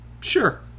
Sure